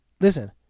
Listen